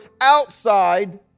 outside